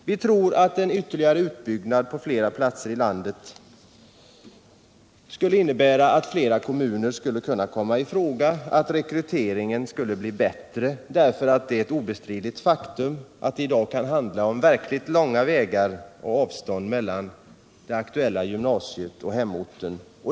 Vi tror att en ytterligare utbyggnad på flera platser i landet skulle innebära att flera kommuner kommer i fråga för verksamheten och att rekryteringen därmed blir bättre. Det är nämligen ett obestridligt faktum att eleverna i dag har verkligt långa resvägar mellan gymnasiet och hemorten.